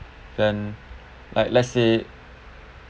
then like let's say